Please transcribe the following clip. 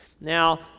Now